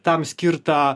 tam skirtą